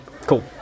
cool